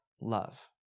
love